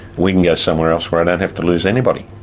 we can go somewhere else where i don't have to lose anybody.